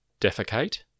defecate